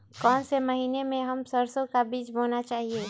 कौन से महीने में हम सरसो का बीज बोना चाहिए?